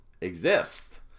exist